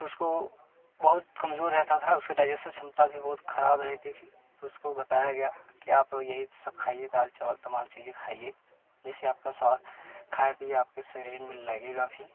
तो उसको बहुत कमजोर रहता था उसका डाइजेशन क्षमता भी बहुत खराब रहती थी उसको बताया गया के आप यही सब बताया गया था यही सब खाईये दाल चावल तमाम चीज खाइए जिससे आपका स्वास्थ्य खाई पिए आप के शरीर में लगेगा भी